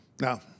Now